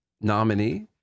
nominee